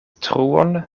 truon